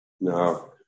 No